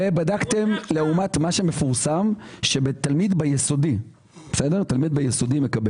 ובדקתם לעומת מה שמפורסם שתלמיד ביסודי מקבל,